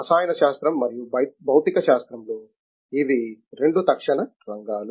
రసాయన శాస్త్రం మరియు భౌతిక శాస్త్రంలో ఇవి రెండు తక్షణ రంగాలు